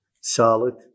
solid